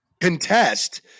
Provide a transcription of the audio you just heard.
contest